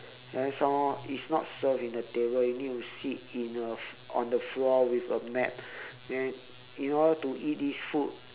and some more it's not serve in the table you need to sit in a on the floor with a mat then in order to eat this food